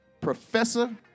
Professor